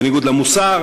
בניגוד למוסר,